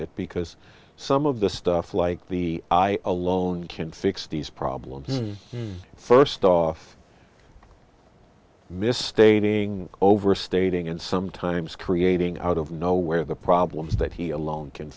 it because some of the stuff like the i alone can fix these problems first off misstating overstating and sometimes creating out of nowhere the problems that he alone can